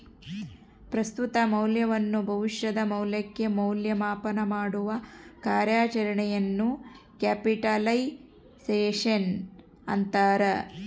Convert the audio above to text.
ಪ್ರಸ್ತುತ ಮೌಲ್ಯವನ್ನು ಭವಿಷ್ಯದ ಮೌಲ್ಯಕ್ಕೆ ಮೌಲ್ಯ ಮಾಪನಮಾಡುವ ಕಾರ್ಯಾಚರಣೆಯನ್ನು ಕ್ಯಾಪಿಟಲೈಸೇಶನ್ ಅಂತಾರ